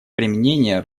применения